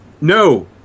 no